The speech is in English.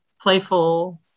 playful